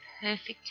perfect